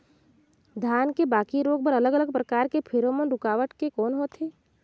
धान के बाकी रोग बर अलग अलग प्रकार के फेरोमोन रूकावट के कौन होथे?